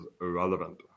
irrelevant